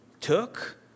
took